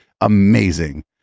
amazing